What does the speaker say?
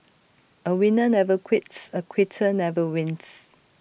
A winner never quits A quitter never wins